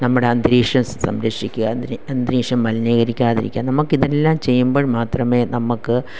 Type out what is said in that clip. നമ്മുടെ അന്തരീക്ഷം സംരക്ഷിക്കുക അന്തരി അന്തരീക്ഷം മലിനീകരിക്കാതിരിക്കുക നമ്മള്ക്ക് ഇതെല്ലാം ചെയ്യുമ്പോള് മാത്രമേ നമ്മള്ക്ക്